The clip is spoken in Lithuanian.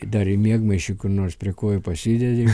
dar į miegmaišį kur nors prie kojų pasidedi